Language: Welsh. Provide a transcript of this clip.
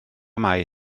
mai